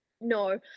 no